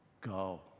Go